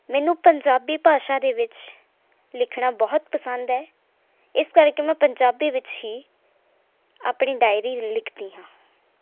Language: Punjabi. ਮੈਨੂੰ ਪੰਜਾਬੀ ਭਾਸ਼ਾ ਦੇ ਵਿੱਚ ਲਿਖਣਾ ਬਹੁਤ ਪਸੰਦ ਹੈ ਇਸ ਕਰਕੇ ਮੈਂ ਪੰਜਾਬੀ ਵਿੱਚ ਹੀ ਆਪਣੀ ਡਾਇਰੀ ਲਿਖਦੀ ਹਾਂ